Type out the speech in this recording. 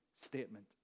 statement